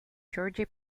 georgie